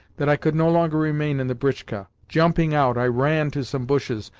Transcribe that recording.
that i could no longer remain in the britchka. jumping out, i ran to some bushes,